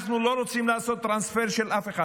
אנחנו לא רוצים לעשות טרנספר של אף אחד,